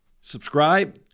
subscribe